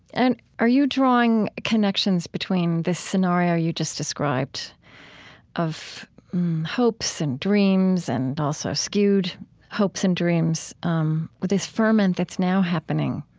and are you drawing connections between this scenario you just described of hopes and dreams and also skewed hopes and dreams um with this ferment that's now happening?